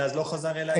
מאז לא חזר אליי עם זה.